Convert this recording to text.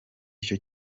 icyo